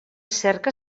cerca